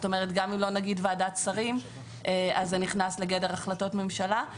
זאת אומרת גם אם לא נגיד ועדת שרים זה נכנס לגדר החלטות ממשלה.